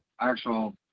actual